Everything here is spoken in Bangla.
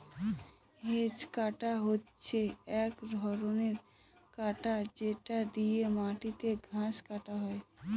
হেজ কাটার হচ্ছে এক ধরনের কাটার যেটা দিয়ে মাটিতে ঘাস কাটা হয়